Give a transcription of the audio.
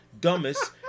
dumbest